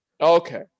Okay